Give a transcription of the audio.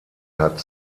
hat